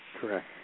Correct